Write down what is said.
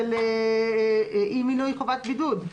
של אי מילוי חובת בידוד.